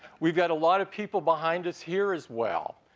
we've got a lot of people behind us here as well.